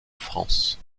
france